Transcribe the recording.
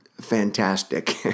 fantastic